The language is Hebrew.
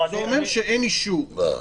זה אומר שאין אישור.